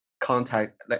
contact